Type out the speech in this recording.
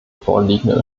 vorliegenden